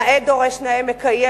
נאה דורש נאה מקיים.